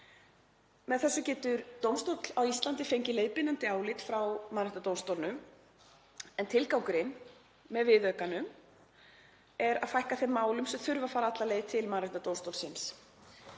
Með þessu getur dómstóll á Íslandi fengið leiðbeinandi álit frá Mannréttindadómstólnum en tilgangurinn með viðaukanum er að fækka þeim málum sem þurfa að fara alla leið til Mannréttindadómstólsins.